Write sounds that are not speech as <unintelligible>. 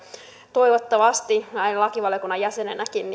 toivottavasti sanon näin lakivaliokunnan jäsenenäkin <unintelligible>